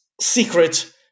secret